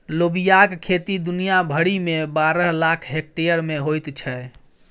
लोबियाक खेती दुनिया भरिमे बारह लाख हेक्टेयर मे होइत छै